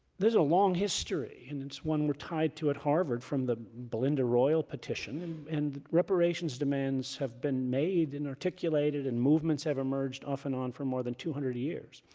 there's a long history, and it's one we're tied to at harvard from the belinda royall petition, and and reparations demands have been made and articulated and movements have emerged off and on for more than two hundred years.